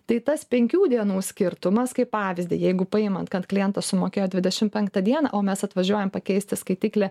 tai tas penkių dienų skirtumas kaip pavyzdį jeigu paimant kad klientas sumokėjo dvidešim penktą dieną o mes atvažiuojam pakeisti skaitiklį